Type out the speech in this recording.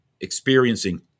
experiencing